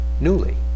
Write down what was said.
newly